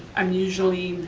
i'm usually